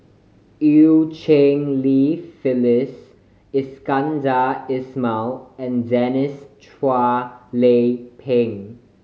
Eu Cheng Li Phyllis Iskandar Ismail and Denise Chua Lay Peng